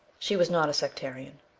she was not a sectarian.